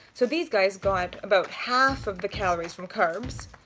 so these guys bought about half of the calories from carbs.